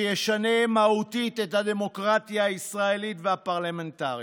שישנה מהותית את הדמוקרטיה הישראלית והפרלמנטרית.